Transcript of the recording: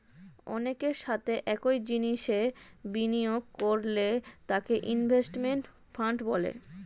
অনেকের সাথে একই জিনিসে বিনিয়োগ করলে তাকে ইনভেস্টমেন্ট ফান্ড বলে